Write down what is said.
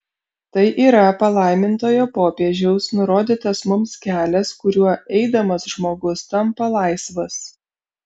tai yra palaimintojo popiežiaus nurodytas mums kelias kuriuo eidamas žmogus tampa laisvas